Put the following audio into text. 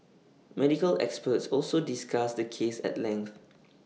medical experts also discussed the case at length